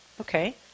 okay